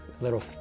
little